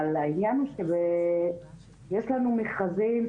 אבל העניין הוא שיש לנו מכרזים,